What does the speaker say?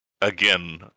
again